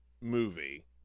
movie